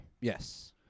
Yes